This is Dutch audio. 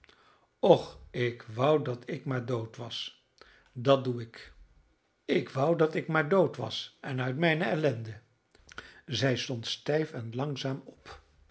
och ik wou dat ik maar dood was dat doe ik ik wou dat ik maar dood was en uit mijne ellende zij stond stijf en langzaam op